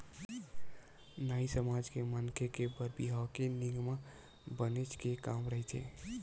नाई समाज के मनखे के बर बिहाव के नेंग म बनेच के काम रहिथे